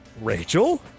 Rachel